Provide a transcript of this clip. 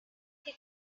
que